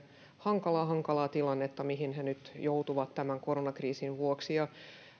hankalaa hankalaa tilannetta mihin he nyt joutuvat tämän koronakriisin vuoksi